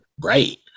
Right